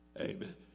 Amen